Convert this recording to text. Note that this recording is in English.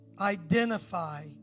identify